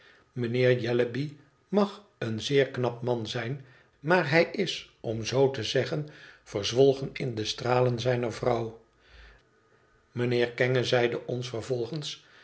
mijnheer jellyby mag een zeer knap man zijn maar hij is om zoo te zeggen verzwolgen in de stralen zijner vrouw mijnheer kenge zeide ons vervolgens